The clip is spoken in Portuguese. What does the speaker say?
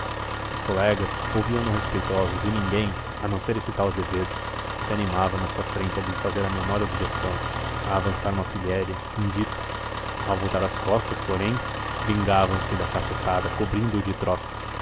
os colegas ouviam no respeitosos e ninguém a não ser esse tal azevedo se animava na sua frente a lhe fazer a menor objeção a avançar uma pilhéria um dito ao voltar as costas porém vingavam se da cacetada cobrindo o de troças